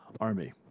army